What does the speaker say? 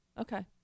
Okay